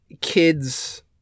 kids